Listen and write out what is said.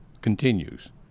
continues